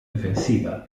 defensiva